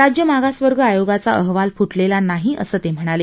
राज्य मागासवर्ग आयोगाचा अहवाल फुटलेला नाही असं ते म्हणाले